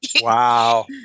wow